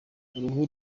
uruhu